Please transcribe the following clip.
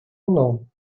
alone